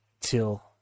till